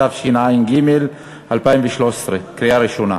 התשע"ג 2013, בקריאה ראשונה.